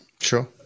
Sure